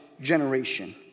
generation